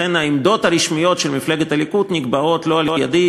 לכן העמדות הרשמיות של מפלגת הליכוד נקבעות לא על-ידי